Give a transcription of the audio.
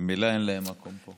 ממילא אין להם מקום פה.